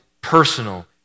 personal